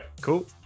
Cool